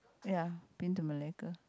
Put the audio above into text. ya been to malacca